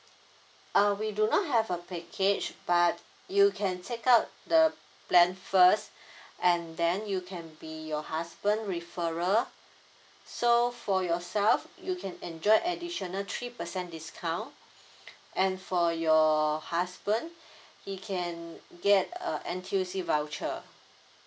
uh we do not have a package but you can take out the plan first and then you can be your husband referral so for yourself you can enjoy additional three percent discount and for your husband he can get uh N_T_U_C voucher